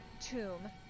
tomb